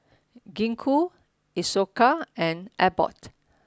Gingko Isocal and Abbott